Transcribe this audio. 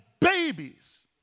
babies